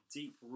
deep